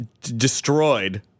destroyed